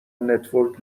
نتورک